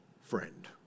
friend